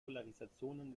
polarisationen